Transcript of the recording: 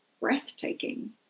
breathtaking